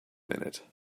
minute